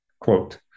quote